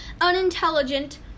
unintelligent